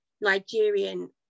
Nigerian